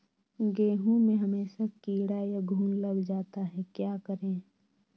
गेंहू में हमेसा कीड़ा या घुन लग जाता है क्या करें?